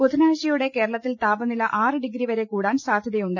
ബുധനാഴ്ചയോടെ കേരളത്തിൽ താപനില ആറ് ഡിഗ്രിവരെ കൂടാൻ സാധ്യതയുണ്ട്